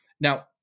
Now